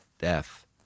death